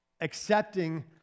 Accepting